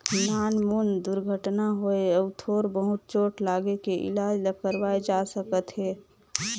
नानमुन दुरघटना होए अउ थोर बहुत चोट लागे के इलाज ल करवाए जा सकत हे